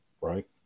right